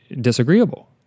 disagreeable